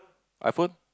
iPhone